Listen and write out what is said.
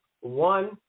one